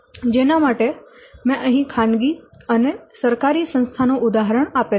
જેના માટે મેં અહીં ખાનગી અને સરકારી સંસ્થા નું ઉદાહરણ આપેલું છે